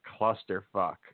clusterfuck